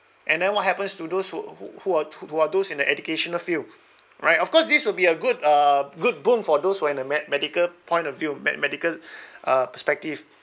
and then what happens to those who who who are who are those in the educational field right of course this will be a good uh good boom for those who are in the med~ medical point of view med~ medical uh perspective